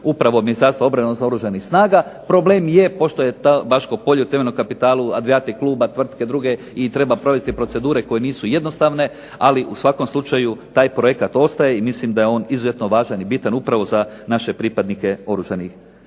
upravo Ministarstva obrane odnosno Oružanih snaga. Problem je pošto je to Paško polje u temeljnom kapitalu Adriatic kluba i tvrtke druge i treba provesti procedure koje nisu jednostavne, ali u svakom slučaju taj projekt ostaje i mislim da je on izuzetno važan i bitan upravo za naše pripadnike Oružanih snaga.